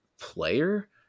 player